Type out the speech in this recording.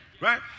right